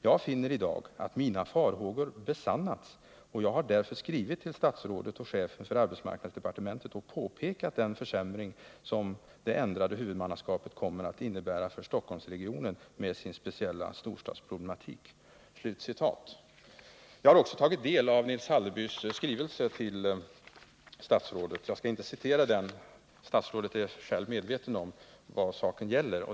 Jag finner i dag, att mina farhågor besannats och jag har därför skrivit till statsrådet och chefen för arbetsmarknadsdepartementet och påpekat den försämring, som det ändrade huvudmannaskapet kommer att innebära för Stockholms-regionen med sin speciella storstadsproblematik.” Jag har även tagit del av Nils Hallerbys skrivelse till statsrådet, men jag skall inte citera den. Statsrådet är själv medveten om vad saken gäller.